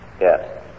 yes